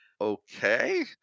Okay